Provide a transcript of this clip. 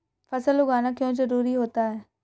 फसल उगाना क्यों जरूरी होता है?